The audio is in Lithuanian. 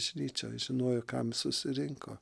bažnyčioj žinojo kam susirinko